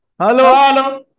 hello